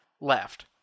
left